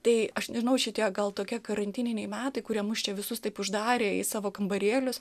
tai aš nežinau šitie gal tokie karantininiai metai kurie mus čia visus taip uždarė į savo kambarėlius